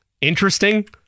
interesting